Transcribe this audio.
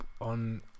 on